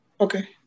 Okay